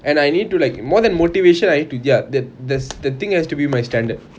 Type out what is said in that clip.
and I need to like more than motivation I need to ya that there's the thing as to be my standard